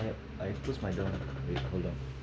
I suppose my job with cola